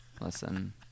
Listen